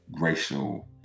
racial